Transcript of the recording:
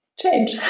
change